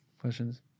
Questions